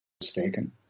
mistaken